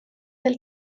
del